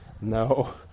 no